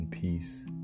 Peace